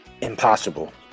impossible